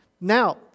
now